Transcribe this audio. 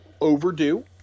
overdue